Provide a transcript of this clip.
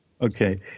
Okay